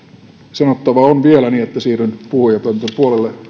sanottavaa on vielä niin että siirryn puhujapöntön puolelle